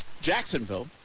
Jacksonville